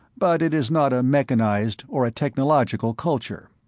but it is not a mechanized or a technological culture.